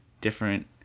different